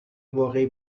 واقعی